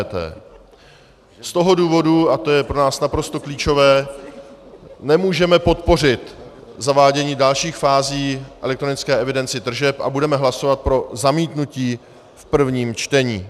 Z toho důvodu, a to je pro nás naprosto klíčové, nemůžeme podpořit zavádění dalších fází elektronické evidence tržeb a budeme hlasovat pro zamítnutí v prvním čtení.